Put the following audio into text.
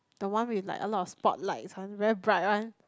the one with like a lot of spot lights one very bright one